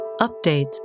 updates